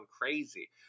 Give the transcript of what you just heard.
crazy